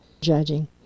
judging